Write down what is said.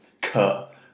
cut